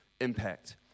impact